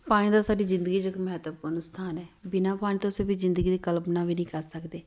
ਪਾਣੀ ਦਾ ਸਾਡੀ ਜ਼ਿੰਦਗੀ 'ਚ ਇੱਕ ਮਹੱਤਵਪੂਰਨ ਸਥਾਨ ਹੈ ਬਿਨਾ ਪਾਣੀ ਤੋਂ ਅਸੀਂ ਆਪਣੀ ਜ਼ਿੰਦਗੀ ਦੀ ਕਲਪਨਾ ਵੀ ਨਹੀਂ ਕਰ ਸਕਦੇ